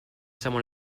someone